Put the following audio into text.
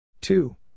two